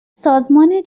سازمان